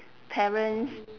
parents